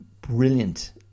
brilliant